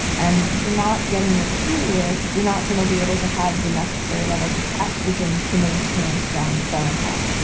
and if you're not getting your period, you're not going to be able to have the necessary levels of estrogen to maintain strong bone health.